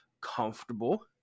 comfortable